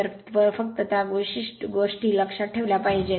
तर फक्त त्या विशिष्ट गोष्टी लक्षात ठेवल्या पाहिजेत